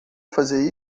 fazer